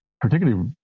particularly